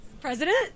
President